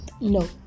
no